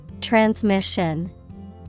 Transmission